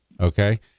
Okay